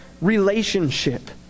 relationship